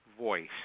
voice